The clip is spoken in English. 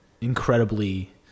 incredibly